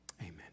Amen